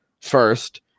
first